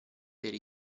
per